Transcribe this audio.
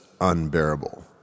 unbearable